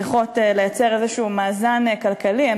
צריכות לייצר מאזן כלכלי כלשהו.